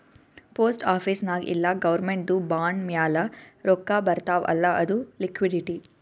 post office ನಾಗ್ ಇಲ್ಲ ಗೌರ್ಮೆಂಟ್ದು ಬಾಂಡ್ ಮ್ಯಾಲ ರೊಕ್ಕಾ ಬರ್ತಾವ್ ಅಲ್ಲ ಅದು ಲಿಕ್ವಿಡಿಟಿ